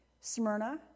Smyrna